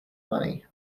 money